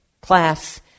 class